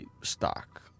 Stock